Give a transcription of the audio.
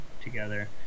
together